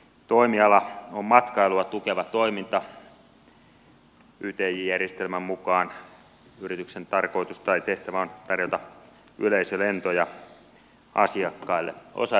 toimiala on matkailua tukeva toiminta ytj järjestelmän mukaan yrityksen tarkoitus tai tehtävä on tarjota yleisölentoja asiakkaille